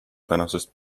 tänasest